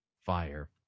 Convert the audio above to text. fire